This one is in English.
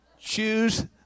Choose